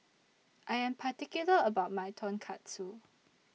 I Am particular about My Tonkatsu